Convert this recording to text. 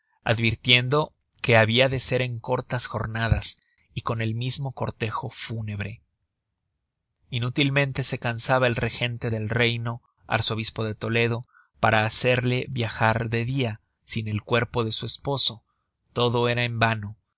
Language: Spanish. advirtierdo que habia de ser en cortas jornadas y con el mismo cortejo fúnebre inútilmente se cansaba el regente del reino arzobispo de toledo para hacerla viajar de dia sin el cuerpo de su esposo todo era en vano